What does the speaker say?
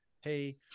hey